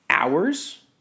Hours